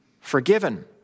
forgiven